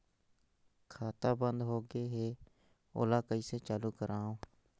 खाता बन्द होगे है ओला कइसे चालू करवाओ?